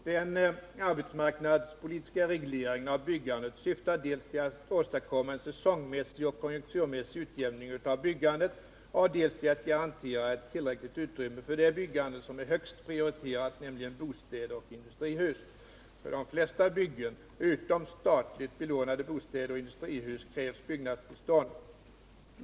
Den arbetsmarknadspolitiska regleringen av byggandet syftar dels till att åstadkomma en säsongmässig och konjunkturmässig utjämning av byggandet, dels till att garantera ett tillräckligt utrymme för det byggande som är högst prioriterat, nämligen byggandet av bostäder och industrihus. För de flesta byggen, utom statligt belånade bostäder och industrihus, krävs byggnadstillstånd.